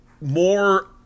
more